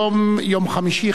היום יום חמישי,